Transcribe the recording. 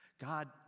God